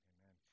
Amen